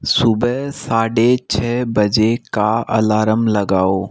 सुबेह साढ़े छः बजे का अलार्म लगाओ